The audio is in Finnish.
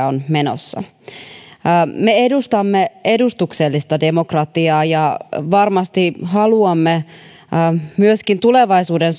on menossa me edustamme edustuksellista demokratiaa ja varmasti haluamme myöskin tulevaisuuden